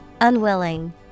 Unwilling